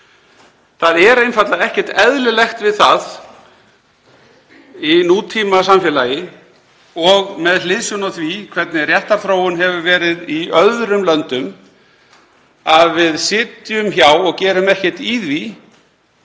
Það er einfaldlega ekkert eðlilegt við það í nútímasamfélagi og með hliðsjón af því hvernig réttarþróun hefur verið í öðrum löndum að við sitjum hjá og gerum ekkert í því